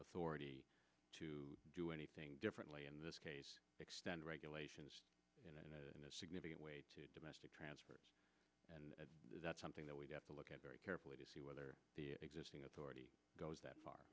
authority to do anything differently in this case extend regulation in a significant way to domestic transfers and that's something that we have to look at very carefully to see whether the existing authority goes that far